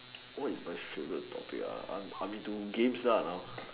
what is my favourite topic ah I'm I'm into games lah now